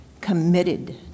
committed